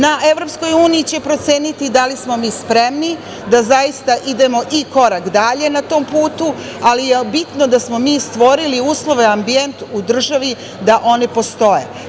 Na EU će proceniti da li smo mi spremni da zaista idemo i korak dalje na tom putu, ali je bitno da smo mi stvorili uslove, ambijent u državi da oni postoje.